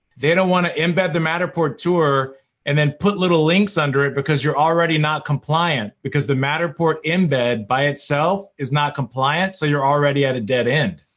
they don't want to embed the matterport tour and then put little links under it, because you're already not compliant because the matterport embed, by itself, is not compliant, so you're already at a dead end.